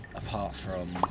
apart from.